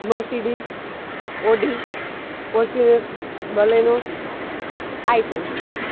Mercedes Audi Fortuner Baleno I ten